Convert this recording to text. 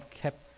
kept